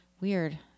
Weird